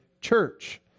church